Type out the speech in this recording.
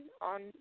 on